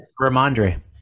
Ramondre